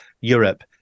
Europe